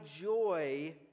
joy